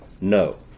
no